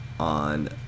on